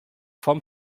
vom